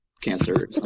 cancer